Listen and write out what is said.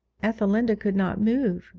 ethelinda could not move,